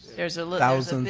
there's ah thousands